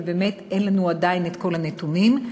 ובאמת אין לנו עדיין כל הנתונים.